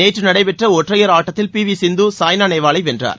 நேற்று நடைபெற்ற ஒற்றையர் ஆட்டத்தில் பி வி சிந்து சாய்னா நேவாலை வென்றார்